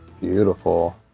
Beautiful